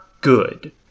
good